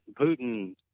Putin